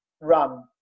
run